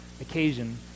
occasion